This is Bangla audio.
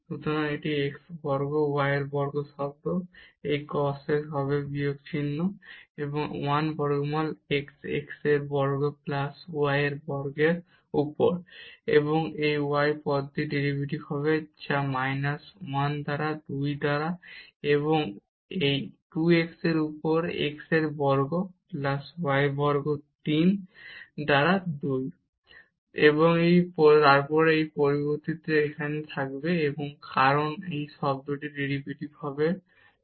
সুতরাং এই x বর্গ y বর্গ টার্ম এই cos হবে বিয়োগ চিহ্ন এবং 1 বর্গমূল x x বর্গ প্লাস y বর্গের উপর এবং এই পদটির ডেরিভেটিভ হবে যা মাইনাস 1 দ্বারা 2 এবং এই 2 x এর উপর x বর্গ প্লাস y বর্গ 3 দ্বারা 2 এবং তারপর এটি এখানে অপরিবর্তিত থাকবে কারণ এবং এই টার্মটির ডেরিভেটিভ হবে 2 x